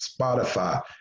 Spotify